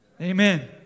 Amen